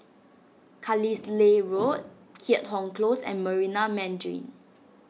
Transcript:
Carlisle Road Keat Hong Close and Marina Mandarin